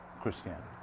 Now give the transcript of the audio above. Christianity